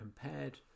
compared